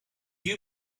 you